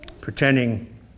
pretending